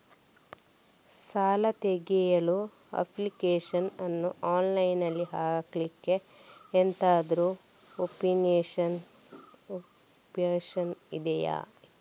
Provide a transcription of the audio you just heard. ಸಾಲ ತೆಗಿಯಲು ಅಪ್ಲಿಕೇಶನ್ ಅನ್ನು ಆನ್ಲೈನ್ ಅಲ್ಲಿ ಹಾಕ್ಲಿಕ್ಕೆ ಎಂತಾದ್ರೂ ಒಪ್ಶನ್ ಇದ್ಯಾ?